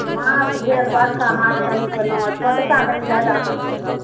माँछ भेल बड़का माँछ कनि खेलहुँ छोटका कनि ज्यादातर खेलहुँ